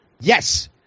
yes